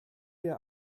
der